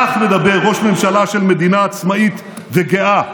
כך מדבר ראש ממשלה של מדינה עצמאית וגאה,